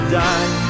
die